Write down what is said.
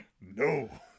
no